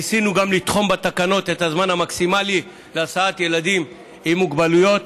ניסינו גם לתחום בתקנות את הזמן המקסימלי להסעת ילדים עם מוגבלויות.